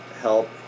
help